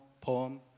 poem